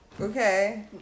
Okay